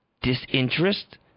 disinterest